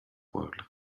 pueblo